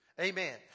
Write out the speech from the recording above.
Amen